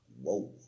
whoa